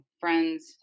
friends